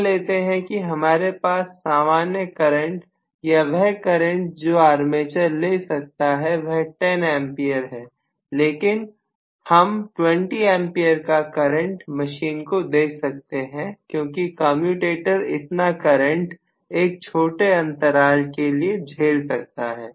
मान लेते हैं कि हमारे पास सामान्य करंट या वह करंट जो आर्मेचर ले सकता है वह 10A है लेकिन हम 20 A का करंट मशीन को दे सकते हैं क्योंकि कमयुटेटर इतना करंट एक छोटे अंतराल के लिए झेल सकता है